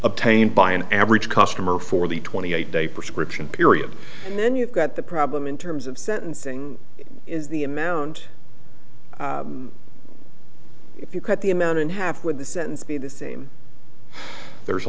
obtained by an average customer for the twenty eight day prescription period and then you've got the problem in terms of sentencing is the amount if you cut the amount in half with the sentence be the same there's a